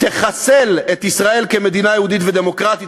תחסל את ישראל כמדינה יהודית ודמוקרטית,